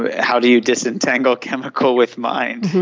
how do you disentangle chemical with mind?